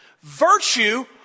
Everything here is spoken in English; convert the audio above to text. Virtue